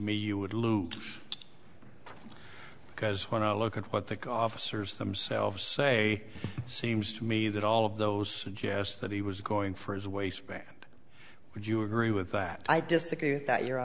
me you would lose because when i look at what the cough serves themselves say seems to me that all of those suggest that he was going for his waistband would you agree with that i disagree with that your